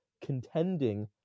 contending